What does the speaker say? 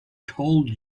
told